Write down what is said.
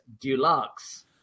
deluxe